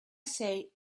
say